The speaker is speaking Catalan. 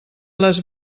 les